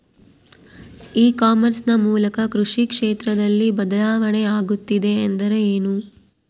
E commerce ನ ಮೂಲಕ ಕೃಷಿ ಕ್ಷೇತ್ರದಲ್ಲಿ ಬದಲಾವಣೆ ಆಗುತ್ತಿದೆ ಎಂದರೆ ಏನು?